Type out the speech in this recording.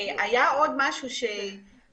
אי אפשר לבנות על מתי יהיו כאן בחירות.